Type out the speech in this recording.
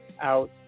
out